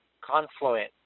Confluent